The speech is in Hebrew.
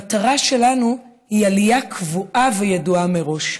המטרה שלנו היא עלייה קבועה וידועה מראש.